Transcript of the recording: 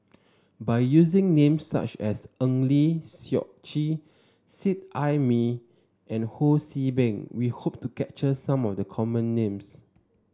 by using names such as Eng Lee Seok Chee Seet Ai Mee and Ho See Beng we hope to capture some of the common names